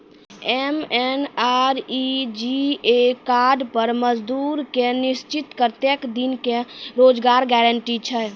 MNREGA card पर मजदुर के निश्चित कत्तेक दिन के रोजगार गारंटी छै?